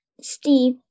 Steve